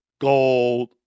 gold